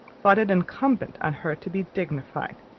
thought it incumbent on her to be dignified,